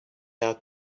out